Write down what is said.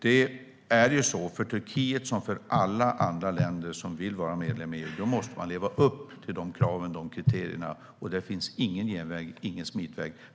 Det är ju så för Turkiet och för alla andra länder som vill vara med i EU att man måste leva upp till de kraven och kriterierna, och det finns ingen genväg eller smitväg.